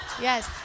Yes